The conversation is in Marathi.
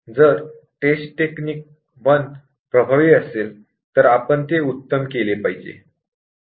जर टेस्ट टेक्निक १ प्रभावी असेल तर आपण ती उत्तम केले पाहिजे